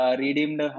redeemed